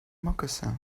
moccasins